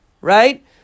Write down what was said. right